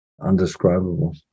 undescribable